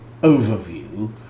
overview